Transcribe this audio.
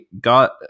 got